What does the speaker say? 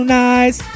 nice